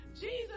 Jesus